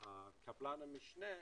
כקבלן המשנה,